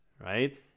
right